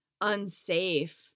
unsafe